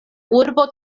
urbo